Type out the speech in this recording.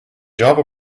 java